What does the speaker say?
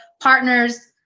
partner's